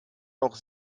noch